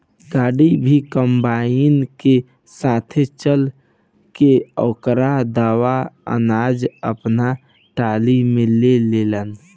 गाड़ी भी कंबाइन के साथे चल के ओकर दावल अनाज आपना टाली में ले लेला